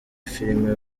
filime